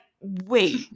wait